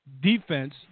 defense